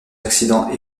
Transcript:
accidents